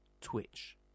Twitch